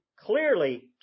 Clearly